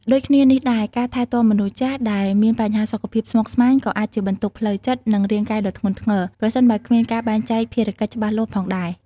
ដូចគ្នានេះដែរ ការថែទាំមនុស្សចាស់ដែលមានបញ្ហាសុខភាពស្មុគស្មាញក៏អាចជាបន្ទុកផ្លូវចិត្ត និងរាងកាយដ៏ធ្ងន់ធ្ងរ ប្រសិនបើគ្មានការបែងចែកភារកិច្ចច្បាស់លាស់ផងដែរ។